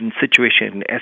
situation